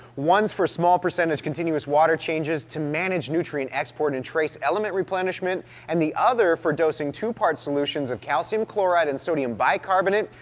one's for small percentage continuous water changes to manage nutrient export and trace element replenishment and the other for dosing two part solutions of calcium chloride and sodium bicarbonate,